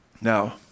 Now